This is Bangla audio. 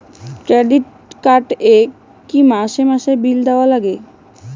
ক্রেডিট কার্ড এ কি মাসে মাসে বিল দেওয়ার লাগে?